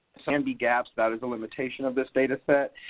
can be gaps. that is the limitation of this dataset.